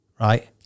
right